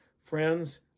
Friends